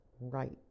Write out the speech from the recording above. right